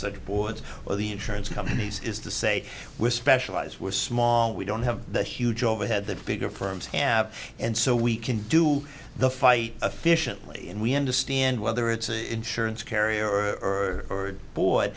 boards or the insurance companies is to say we're specialize we're small we don't have the huge overhead that bigger firms have and so we can do the fight officially and we understand whether it's insurance carrier or